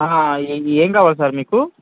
ఏం ఏం కావాలి సార్ మీకు